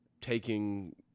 Taking